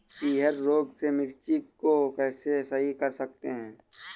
पीहर रोग से मिर्ची को कैसे सही कर सकते हैं?